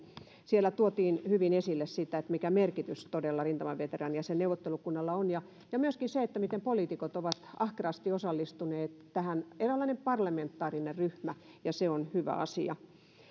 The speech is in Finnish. siellä tuotiin hyvin esille sitä mikä merkitys todella rintamaveteraaniasiain neuvottelukunnalla on ja ja myöskin sitä miten poliitikot ovat ahkerasti osallistuneet tähän eräänlainen parlamentaarinen ryhmä ja se on hyvä asia